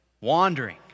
wandering